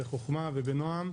בחכמה ובנועם.